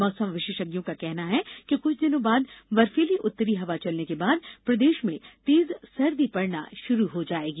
मौसम विशेषज्ञों का कहना है कि क्छ दिनों बाद बर्फीली उत्तरी हवा चलने के बाद प्रदेश में तेज सर्दी पड़ना शुरू हो जायेगी